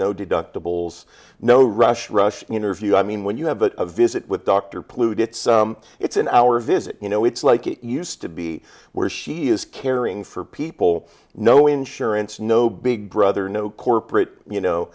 no deductibles no rush rush interview i mean when you have a visit with dr pollute it's it's an hour visit you know it's like it used to be where she is caring for people no insurance no big brother no corporate you know